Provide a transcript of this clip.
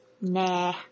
Nah